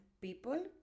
people